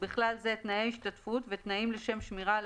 ובכלל זה תנאי השתתפות ותנאים לשם שמירה על